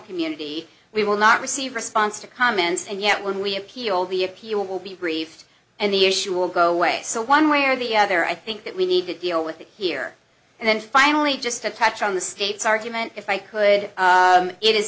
community we will not receive response to comments and yet when we appeal the appeal will be briefed and the issue will go away so one way or the other i think that we need to deal with the here and then finally just to touch on the state's argument if i could it is